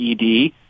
ED